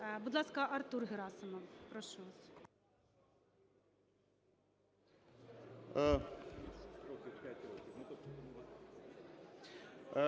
Будь ласка, Артур Герасимов, прошу вас.